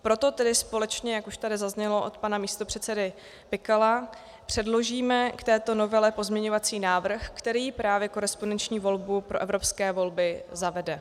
Proto tedy společně, jak už tady zaznělo od pana místopředsedy Pikala, předložíme k této novele pozměňovací návrh, který právě korespondenční volbu pro evropské volby zavede.